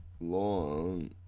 long